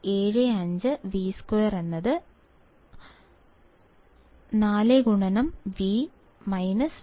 75 V2 2 2